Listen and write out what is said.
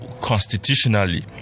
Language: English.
constitutionally